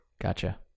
Gotcha